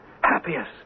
happiest